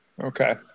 Okay